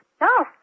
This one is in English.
No